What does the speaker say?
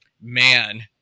man